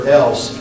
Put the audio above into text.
else